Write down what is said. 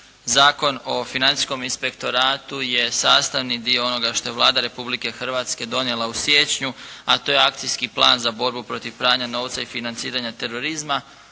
Zakon o Financijskom inspektoratu je sastavni dio onoga što je Vlada Republike Hrvatske donijela u siječnju, a to je akcijski plan za borbu protiv pranja novca i financiranja terorizma